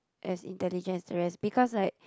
as intelligent as the rest because right